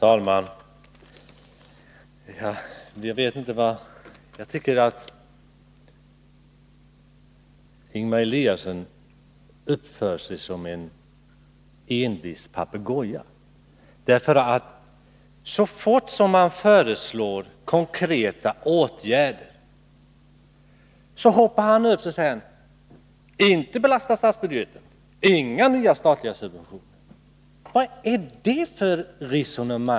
Herr talman! Jag tycker att Ingemar Eliasson uppför sig som en envis papegoja. Så fort man föreslår konkreta åtgärder hoppar han upp och säger: Inte belasta statsbudgeten, inga nya statliga subventioner!